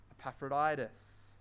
Epaphroditus